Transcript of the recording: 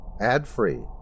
ad-free